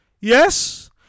yes